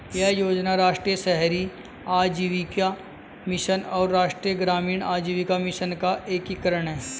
यह योजना राष्ट्रीय शहरी आजीविका मिशन और राष्ट्रीय ग्रामीण आजीविका मिशन का एकीकरण है